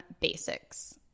basics